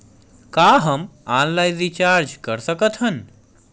का हम online recharge कर सकत हन?